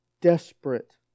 desperate